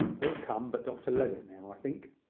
all come but dr levitt now, i think.